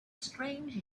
strange